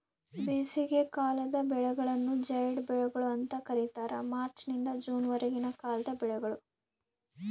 ಬೇಸಿಗೆಕಾಲದ ಬೆಳೆಗಳನ್ನು ಜೈಡ್ ಬೆಳೆಗಳು ಅಂತ ಕರೀತಾರ ಮಾರ್ಚ್ ನಿಂದ ಜೂನ್ ವರೆಗಿನ ಕಾಲದ ಬೆಳೆಗಳು